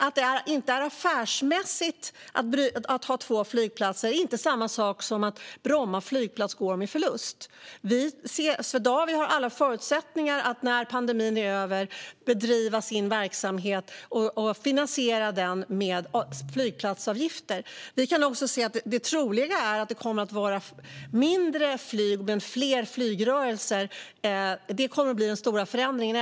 Att det inte är affärsmässigt att ha två flygplatser är inte samma sak som att Bromma flygplats går med förlust. Swedavia har alla förutsättningar att när pandemin är över bedriva sin verksamhet och finansiera den med flygplatsavgifter. Vi kan också se att det troliga är att det kommer att vara mindre flyg men fler flygrörelser. Det kommer att bli den stora förändringen.